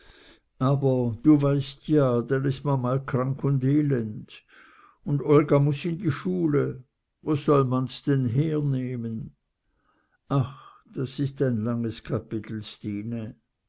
aber du weißt ja denn is man mal krank un elend un olga muß in die schule wo soll man's denn hernehmen ach das is ein langes kapitel stine